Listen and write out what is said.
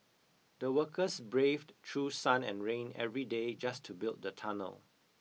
the workers braved through sun and rain every day just to build the tunnel